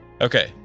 okay